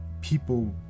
people